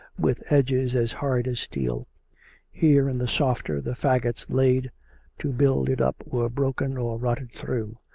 with edges as hard as steel here in the softer, the faggots laid to build it up were broken or rotted through,